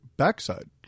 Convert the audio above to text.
backside